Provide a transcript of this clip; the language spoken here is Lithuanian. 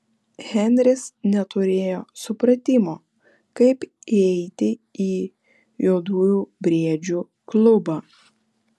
henris neturėjo supratimo kaip įeiti į juodųjų briedžių klubą